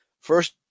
First